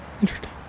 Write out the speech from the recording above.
Interesting